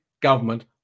government